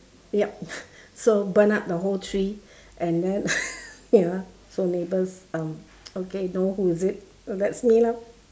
yup so burned up the whole tree and then ya so neighbours um okay know who is it that's me lah